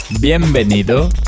Bienvenido